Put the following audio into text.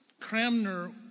Cramner